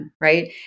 right